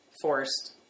forced